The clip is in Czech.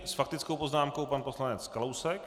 S faktickou poznámkou pan poslanec Kalousek.